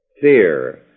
Fear